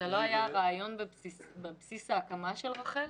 זה לא היה הרעיון בבסיס ההקמה של רח"ל?